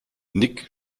nick